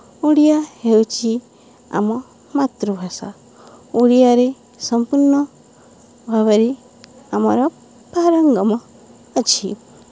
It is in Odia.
ଓଡ଼ିଆ ହେଉଛି ଆମ ମାତୃଭାଷା ଓଡ଼ିଆରେ ସମ୍ପୂର୍ଣ୍ଣ ଭାବରେ ଆମର ପାରଙ୍ଗମ ଅଛି